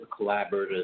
collaborative